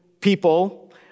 people